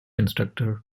instructor